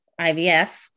IVF